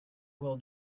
will